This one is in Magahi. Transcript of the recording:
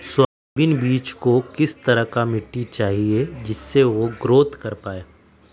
सोयाबीन बीज को किस तरह का मिट्टी चाहिए जिससे वह ग्रोथ कर पाए?